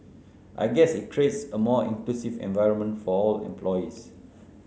I guess it creates a more inclusive environment for all employees